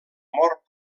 mort